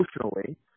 emotionally